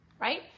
right